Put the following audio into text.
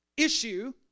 issue